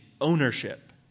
ownership